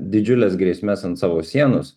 didžiules grėsmes ant savo sienos